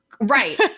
right